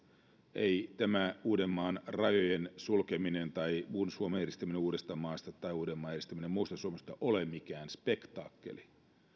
ei tämä uudenmaan rajojen sulkeminen tai muun suomen eristäminen uudestamaasta tai uudenmaan eristäminen muusta suomesta ole mikään spektaakkeli